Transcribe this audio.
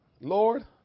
Lord